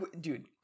dude